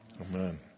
Amen